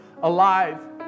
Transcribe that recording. alive